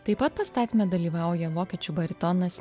taip pat pastatyme dalyvauja vokiečių baritonas